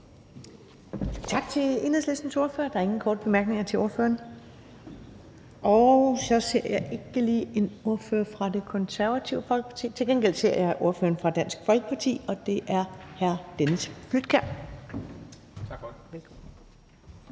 Tak til Enhedslistens ordfører. Der er ingen korte bemærkninger til ordføreren. Jeg ser ikke lige nogen ordfører for Det Konservative Folkeparti; til gengæld ser jeg ordføreren for Dansk Folkeparti, og det er hr. Dennis Flydtkjær. Kl.